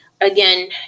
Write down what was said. again